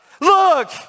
Look